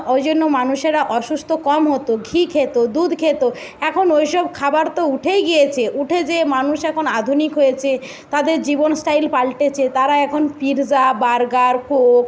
ওই জন্য মানুষেরা অসুস্থ কম হতো ঘি খেতো দুধ খেত এখন ওই সব খাবার তো উঠেই গিয়েছে উঠে যেয়ে মানুষ এখন আধুনিক হয়েছে তাদের জীবন স্টাইল পাল্টেছে তারা এখন পিরজা বার্গার কোক